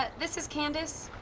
but this is candace,